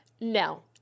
No